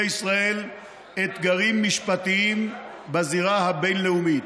ישראל אתגרים משפטיים בזירה הבין-לאומית.